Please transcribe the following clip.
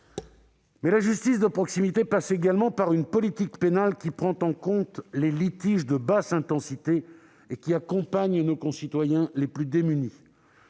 Mais la justice de proximité passe également par une politique pénale qui prend en compte les litiges de basse intensité et qui accompagne nos concitoyens les plus démunis.